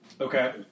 Okay